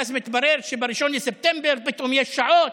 ואז מתברר שב-1 בספטמבר פתאום יש שעות.